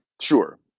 Sure